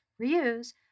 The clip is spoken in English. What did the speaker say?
reuse